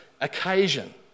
occasion